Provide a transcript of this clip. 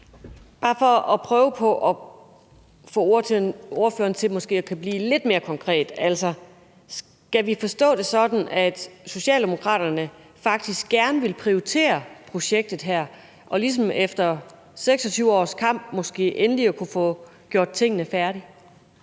Bare for at prøve på at få ordføreren til måske at blive lidt mere konkret: Skal vi forstå det sådan, at Socialdemokraterne faktisk gerne vil prioritere projektet her, så vi ligesom efter 26 års kamp måske endelig kan få tingene gjort færdige?